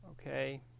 okay